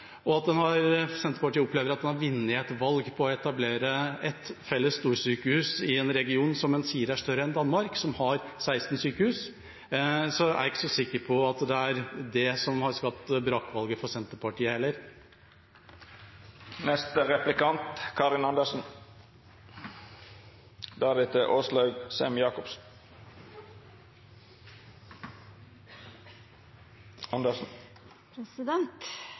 er et flertall i Senterpartiet for. Og når Senterpartiet opplever at en har vunnet et valg på å etablere et felles storsykehus i en region som en sier er større enn Danmark, som har 16 sykehus, er jeg ikke så sikker på det er det som førte til brakvalget for Senterpartiet,